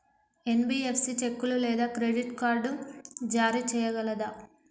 NBFC చెక్కులు లేదా credit card జారీ చేయగలదా?